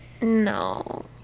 No